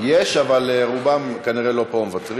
(הוספת מגבלה לעניין לימודים),